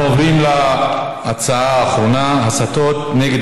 אנחנו עוברים להצעה האחרונה לסדר-היום: הסתות נגד